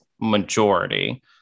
majority